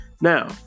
Now